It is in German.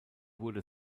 wurde